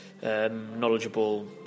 Knowledgeable